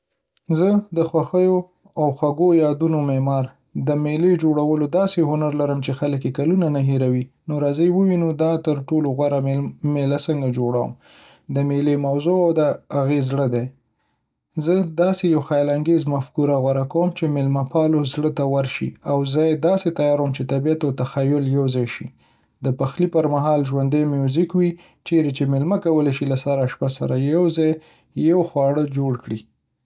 زه، د خوښیو او خوږو یادونو معمار، د مېلې جوړولو داسې هنر لرم چې خلک‌یې کلونه نه هېر وي. نو راځه ووینو، زه دا تر ټولو غوره مېله څنګه جوړوم: د مېلې موضوع د هغې زړه ده. زه داسې یو خیال‌انګیز مفکوره غوره کوم چې د میلمه‌پالو زړه ته ورشي. زه ځای داسې تیاروم چې طبیعت او تخیل یوځای شي د پخلي پرمهال ژوندی میوزیک وي، چیرې چې مېلمانه کولی شي له سر آشپز سره یوځای یو خواړه جوړ کړي.